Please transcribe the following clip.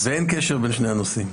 ואין קשר בין הנושאים.